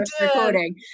recording